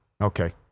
Okay